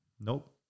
nope